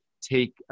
take